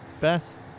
best